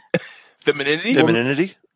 femininity